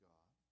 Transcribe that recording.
God